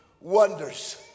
wonders